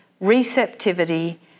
receptivity